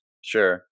Sure